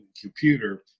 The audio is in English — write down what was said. computer